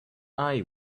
eye